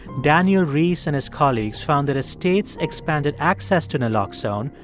daniel rees and his colleagues found that a state's expanded access to naloxone,